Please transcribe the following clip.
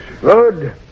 Good